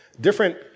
different